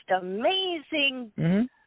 amazing